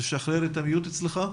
בסדר גמור.